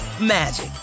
magic